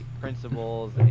principles